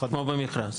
כמו במכרז,